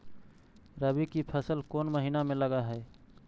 रबी की फसल कोन महिना में लग है?